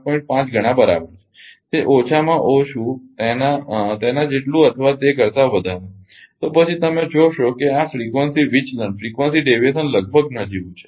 5 ગણા બરાબર છે ઓછામાં ઓછું તેના જેટલુ અથવા તે કરતા વધારે તો પછી તમે જોશો કે આ ફ્રિકવન્સી વિચલન લગભગ નજીવું છે